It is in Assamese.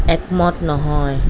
একমত নহয়